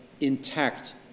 intact